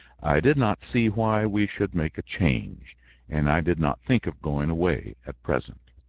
i did not see why we should make a change and i did not think of going away at present.